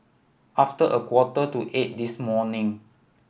after a quarter to eight this morning